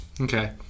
Okay